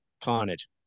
carnage